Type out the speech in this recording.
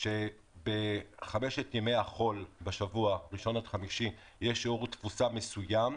בחמשת ימי החול בשבוע יש שיעור תפוסה מסוים,